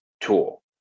tool